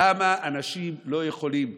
למה אנשים לא יכולים להתפרנס,